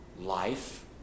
life